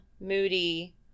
moody